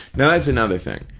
that's another thing.